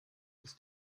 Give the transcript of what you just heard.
ist